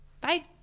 Bye